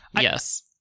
yes